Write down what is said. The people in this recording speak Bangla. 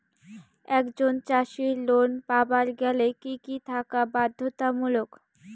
একজন চাষীর লোন পাবার গেলে কি কি থাকা বাধ্যতামূলক?